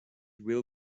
will